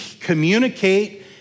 communicate